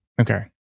Okay